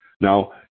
Now